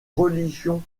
religions